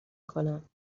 کنم